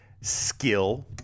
skill